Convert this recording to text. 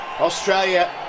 Australia